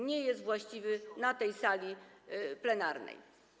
nie jest właściwy na sali plenarnej.